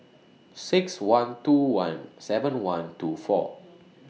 six one two one seven one two four